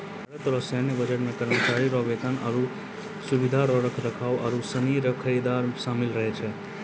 भारत रो सैन्य बजट मे करमचारी रो बेतन, आरो सुबिधा रो रख रखाव आरू सनी रो खरीद सामिल रहै छै